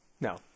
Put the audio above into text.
No